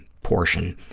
portion,